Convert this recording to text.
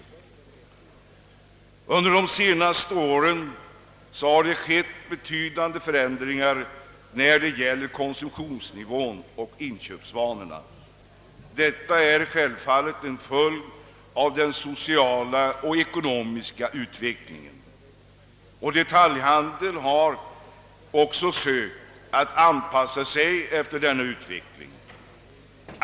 Under de senaste åren har det skett betydande förändringar när det gäller konsumtionsnivån och inköpsvanorna. Detta är självfallet en följd av den sociala och ekonomiska utvecklingen. Detaljhandeln har också sökt anpassa sig efter denna utveckling.